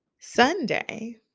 Sunday